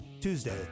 Tuesday